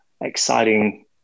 exciting